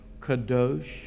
Kadosh